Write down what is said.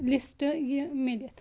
list یہِ میٖلِتھ